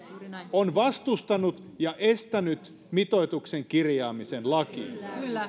on vastustanut ja estänyt mitoituksen kirjaamisen lakiin